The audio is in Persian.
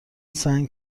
سنگ